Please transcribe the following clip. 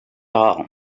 all